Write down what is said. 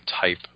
type